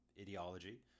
ideology